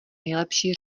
nejlepší